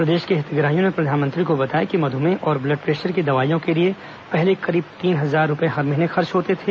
प्रदेश के हितग्राहियों ने प्रधानमंत्री को बताया कि मधुमेह और ब्लड प्रेशर की दवाइयों के लिए पहले करीब तीन हजार रूपए हर महीने खर्च होते थे